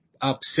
up